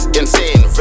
insane